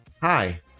Hi